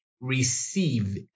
receive